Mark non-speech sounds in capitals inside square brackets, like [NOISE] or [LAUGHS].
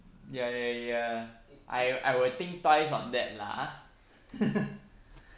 ya ya ya I I will think twice on that lah ha [LAUGHS]